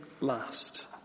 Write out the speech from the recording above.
last